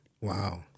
Wow